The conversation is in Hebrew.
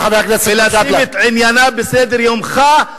ולשים את עניינה בסדר-יומך,